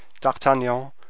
D'Artagnan